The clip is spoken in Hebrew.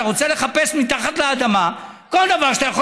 אתה רוצה לחפש מתחת לאדמה כל דבר שאתה יכול